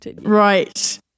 right